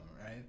right